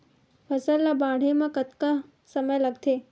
फसल ला बाढ़े मा कतना समय लगथे?